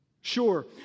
Sure